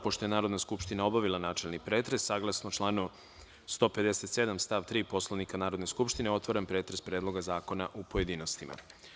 Pošto je Narodna skupština obavila načelni pretres, saglasno članu 157. stav 3. Poslovnika Narodne skupštine, otvaram pretres Predloga zakona u pojedinostima.